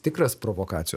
tikras provokacijos